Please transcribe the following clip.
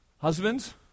Husbands